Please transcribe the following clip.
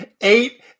eight